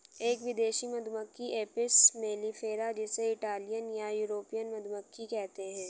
एक विदेशी मधुमक्खी एपिस मेलिफेरा जिसे इटालियन या यूरोपियन मधुमक्खी कहते है